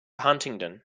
huntingdon